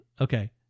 okay